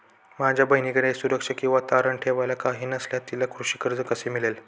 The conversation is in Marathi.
माझ्या बहिणीकडे सुरक्षा किंवा तारण ठेवायला काही नसल्यास तिला कृषी कर्ज कसे मिळेल?